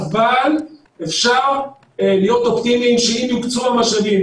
אבל אפשר להיות אופטימיים שאם יוקצו המשאבים,